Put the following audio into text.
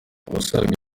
abasaga